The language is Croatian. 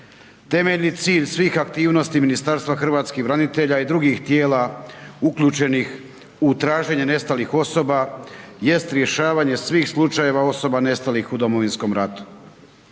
Temeljni cilj svih aktivnosti Ministarstva hrvatskih branitelja i drugih tijela uključenih u traženje nestalih osoba jest rješavanje svih slučajeva osoba nestalih u Domovinskog ratu.